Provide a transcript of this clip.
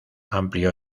amplió